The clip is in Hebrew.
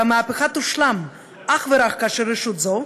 והמהפכה תושלם אך ורק כאשר הרשות הזאת,